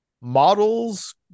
models